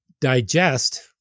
digest